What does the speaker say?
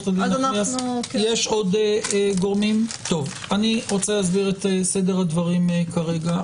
אני רוצה להסביר את סדר הדברים כרגע.